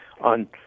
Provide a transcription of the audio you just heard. on